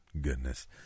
Goodness